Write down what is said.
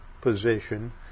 position